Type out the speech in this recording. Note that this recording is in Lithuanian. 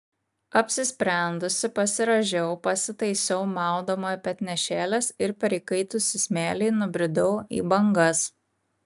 apsisprendusi pasirąžiau pasitaisiau maudomojo petnešėles ir per įkaitusį smėlį nubridau į bangas